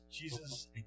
Jesus